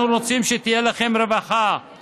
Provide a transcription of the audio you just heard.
אנו רוצים שתהיה לכם רווחה,